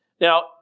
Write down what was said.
Now